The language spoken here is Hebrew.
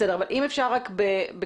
אבל אם אפשר רק בקצרה,